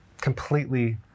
completely